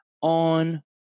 on